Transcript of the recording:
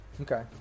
Okay